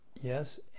Yes